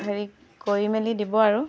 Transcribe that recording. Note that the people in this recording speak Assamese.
হেৰি কৰি মেলি দিব আৰু